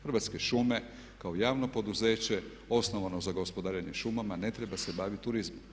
Hrvatske šume kao javno poduzeće, osnovano za gospodarenje šumama ne treba se baviti turizmom.